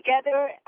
together